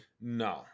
no